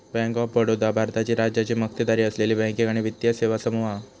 bank of Baroda भारताची राज्याची मक्तेदारी असलेली बँकिंग आणि वित्तीय सेवा समूह हा